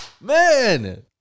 Man